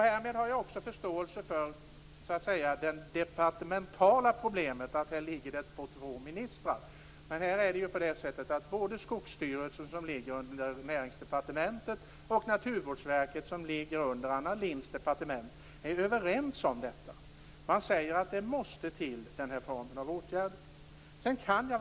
Härmed har jag också förståelse för det departementala problemet att frågan ligger under två ministrar. Men här är det ju så att Skogsstyrelsen, som ligger under Näringsdepartementet, och Naturvårdsverket, som ligger under Anna Lindhs departement, är överens om detta. Man säger att den här formen av åtgärder måste vidtas.